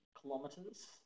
kilometers